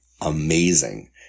amazing